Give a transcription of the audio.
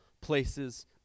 places